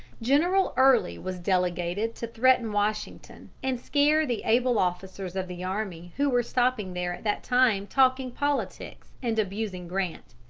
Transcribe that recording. general early was delegated to threaten washington and scare the able officers of the army who were stopping there at that time talking politics and abusing grant.